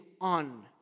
on